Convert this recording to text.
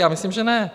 Já myslím, že ne.